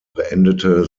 beendete